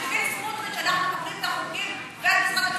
האם לפי סמוטריץ אנחנו כותבים את החוקים ומשרד המשפטים,